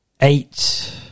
eight